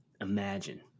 Imagine